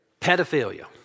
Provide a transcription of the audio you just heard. Pedophilia